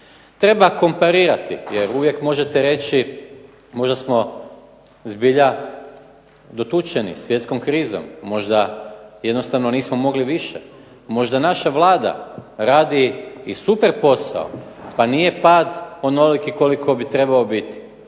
Treba komparirati jer uvijek možete reći možda smo zbilja dotučeni svjetskom krizom, možda jednostavno nismo mogli više, možda naša Vlada radi i super posao pa nije pad onoliki koliki bi trebao biti.